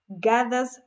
Gathers